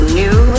new